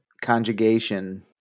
conjugation